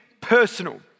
personal